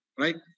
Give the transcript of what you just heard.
right